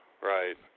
right